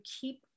keep